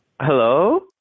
Hello